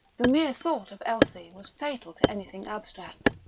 the mere thought of elsie was fatal to anything abstract.